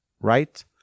right